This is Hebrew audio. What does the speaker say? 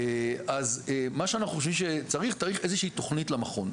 אז מה שאנחנו חושבים שצריך זה איזושהי תוכנית למכון.